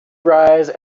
rise